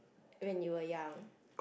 when you were young